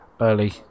early